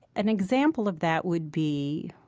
an example of that would be,